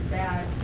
bad